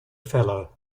fellow